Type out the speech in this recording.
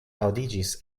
aŭdiĝis